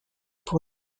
pour